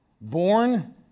born